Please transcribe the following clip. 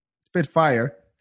spitfire –